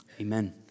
amen